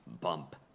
bump